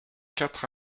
quatre